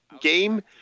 game